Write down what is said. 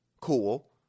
cool